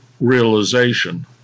realization